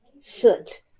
soot